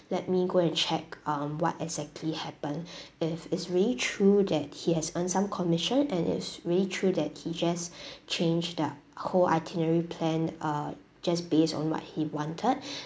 let me go and check um what exactly happen if is really true that he has earn some commission and if really true that he just change the whole itinerary planned uh just based on what he wanted